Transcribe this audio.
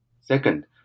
Second